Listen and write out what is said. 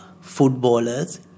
footballers